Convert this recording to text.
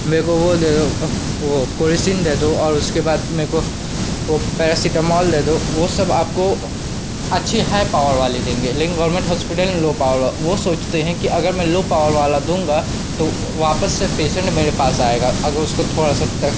मेरे को वह दे दो कोरोसीन दे दो और उसके बाद मेरे को वह पैरासीटामोल दे दो वे सब आपको अच्छी हाई पॉवर वाली देंगे लेकिन गोरमेंट होस्पिटल में लो पॉवर वे सोचते हैं कि अगर मैं लो पॉवर वाला दूँगा तो वह वापस से पेशेंट मेरे पास आएगा अगर उसको थोड़ा सा तो थोड़ा सा